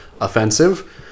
offensive